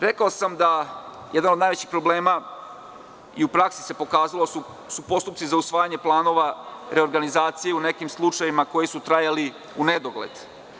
Rekao sam da je jedan od najvećih problema, u praksi se pokazalo da su postupci za usvajanje planova i reorganizaciju u nekim slučajevima trajali u nedogled.